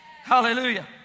Hallelujah